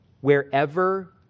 wherever